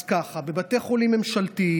אז ככה: בבתי חולים ממשלתיים,